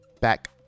back